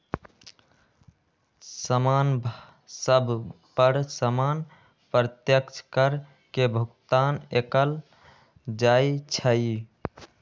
समान सभ पर सामान्य अप्रत्यक्ष कर के भुगतान कएल जाइ छइ